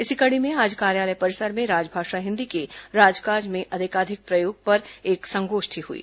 इसी कड़ी में आज कार्यालय परिसर में राजभाषा हिन्दी के राज काज में अधिकाधिक प्रयोग पर एक संगोष्ठी हुई